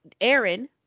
Aaron